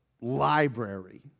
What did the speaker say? library